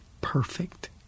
perfect